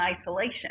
isolation